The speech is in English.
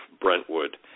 Brentwood